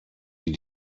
die